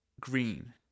green